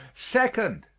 second,